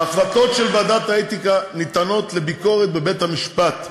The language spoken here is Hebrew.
ההחלטות של ועדת האתיקה ניתנות לביקורת בבית-המשפט.